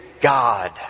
God